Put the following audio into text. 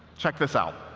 check this out.